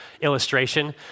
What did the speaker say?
illustration